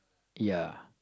ya